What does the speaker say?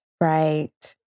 Right